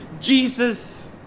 Jesus